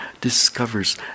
discovers